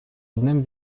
одним